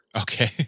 Okay